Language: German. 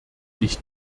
ich